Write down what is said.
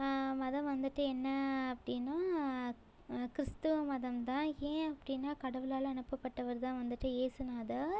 மதம் வந்துவிட்டு என்ன அப்படின்னா கிறிஸ்துவ மதம் தான் ஏன் அப்படின்னா கடவுளால் அனுப்பப்பட்டவர் தான் வந்துவிட்டு இயேசு நாதர்